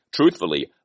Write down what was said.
truthfully